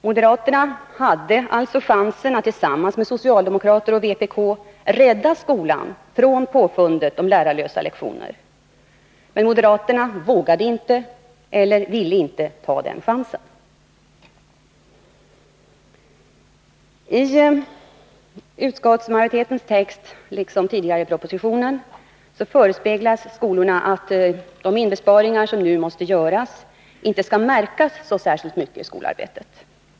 Moderaterna hade alltså chansen att tillsammans med socialdemokrater och vpk rädda skolan från påfundet med lärarlösa lektioner. Men moderaterna vågade inte eller ville inte ta den chansen. I utskottsbetänkandet liksom tidigare i propositionen förespeglas skolorna att de besparingar som nu måste göras inte skall märkas så särskilt mycket i skolarbetet.